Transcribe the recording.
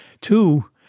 Two